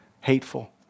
hateful